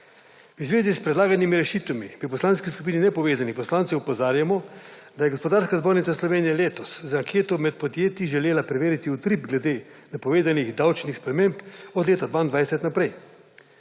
V zvezi s predlaganimi rešitvami v Poslanski skupini Nepovezanih poslancev opozarjamo, da je Gospodarska zbornica Slovenije letos za anketo med podjetji želela preveriti utrip glede napovedanih davčnih sprememb od leta 22 naprej.